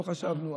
לא חשבנו,